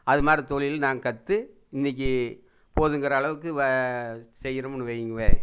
அதுமாதிரி தொழில் நாங்கள் கற்று இன்னிக்கு போதுங்கிற அளவுக்கு வா செய்கிறோம்னு வையுங்கவே